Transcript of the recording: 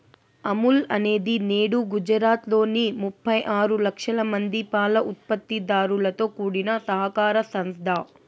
అమూల్ అనేది నేడు గుజరాత్ లోని ముప్పై ఆరు లక్షల మంది పాల ఉత్పత్తి దారులతో కూడిన సహకార సంస్థ